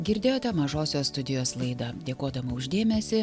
girdėjote mažosios studijos laidą dėkodama už dėmesį